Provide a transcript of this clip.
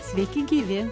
sveiki gyvi